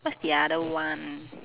what's the other one